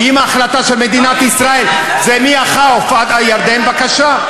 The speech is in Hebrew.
אם ההחלטה של מדינת ישראל זה מהחוף עד הירדן בבקשה.